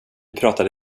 pratade